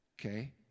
okay